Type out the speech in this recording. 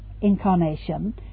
incarnation